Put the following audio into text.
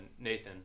Nathan